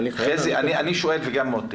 חזי וגם מוטי,